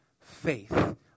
faith